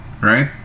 right